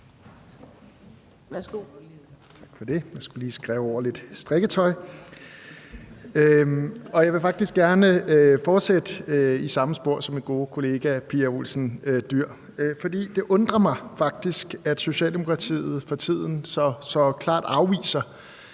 faktisk gerne fortsætte i samme spor som min gode kollega fru Pia Olsen Dyhr. Det undrer mig faktisk, at Socialdemokratiet for tiden så klart afviser